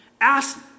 Ask